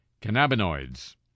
cannabinoids